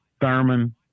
Thurman